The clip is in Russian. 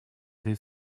этой